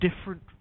different